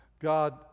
god